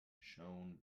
shone